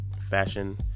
fashion